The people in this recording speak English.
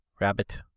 Rabbit